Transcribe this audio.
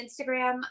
Instagram